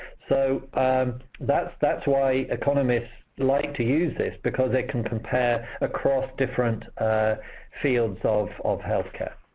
so that's that's why economists like to use this, because they can compare across different fields of of health care.